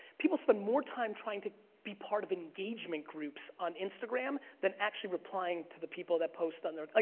people spend more time trying to be part of engagement groups on instagram than actually replying to the people that post on their. ah